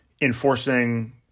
enforcing